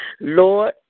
Lord